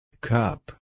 Cup